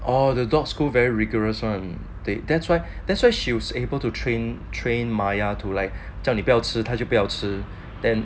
all the dogs school very rigorous on the that's why that's why she was able to train train maya to like 整理吃他就不要吃 then